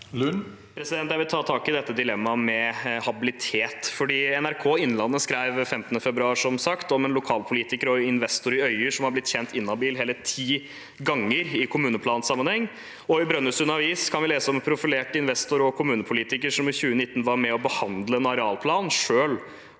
Lund (R) Jeg vil ta tak i dilemmaet med habilitet. NRK Innlandet skrev 15. februar, som sagt, om en lokalpolitiker og investor i Øyer som var blitt kjent inhabil hele ti ganger i kommuneplansammenheng, og i Brønnøysund avis kan vi lese om en profilert investor og kommunepolitiker som i 2019 var med og behandlet en arealplan selv